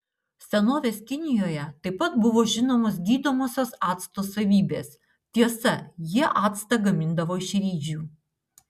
senovės kinijoje taip pat buvo žinomos gydomosios acto savybės tiesa jie actą gamindavo iš ryžių